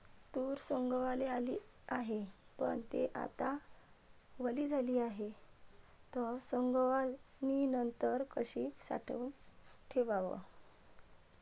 तूर सवंगाले आली हाये, पन थे आता वली झाली हाये, त सवंगनीनंतर कशी साठवून ठेवाव?